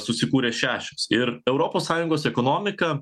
susikūrė šešios ir europos sąjungos ekonomika